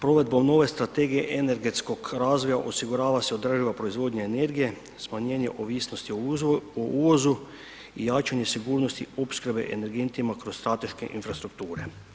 Provedbom nove Strategije energetskog razvoja osigurava se održiva proizvodnja energije, smanjenje ovisnosti o uvozu i jačanje sigurnosti opskrbe energentima kroz strateške infrastrukture.